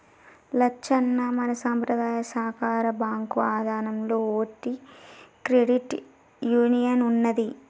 లచ్చన్న మన సంపద్రాయ సాకార బాంకు ఇదానంలో ఓటి క్రెడిట్ యూనియన్ ఉన్నదీ